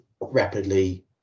rapidly